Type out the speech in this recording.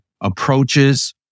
approaches